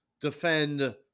defend